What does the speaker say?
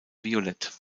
violett